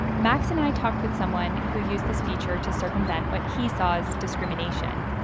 max and i talked with someone who used this feature to circumvent what he saw as discrimination.